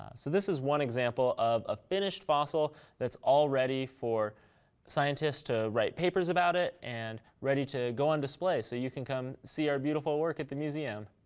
ah so this is one example of a finished fossil that's already for scientists to write papers about it and ready to go on display so you can come see our beautiful work at the museum.